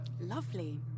Lovely